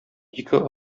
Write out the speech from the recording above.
ике